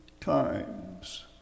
times